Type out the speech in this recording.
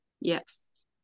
Yes